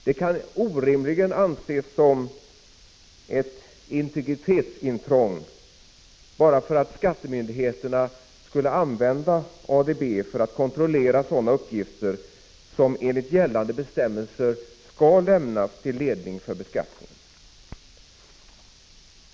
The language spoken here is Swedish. Det kan inte vara rimligt att tala om ett integritetsintrång bara därför att skattemyndigheterna skulle använda ADB för att kontrollera sådana uppgifter som enligt gällande bestämmelser skall lämnas till ledning för beskattningen.